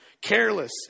Careless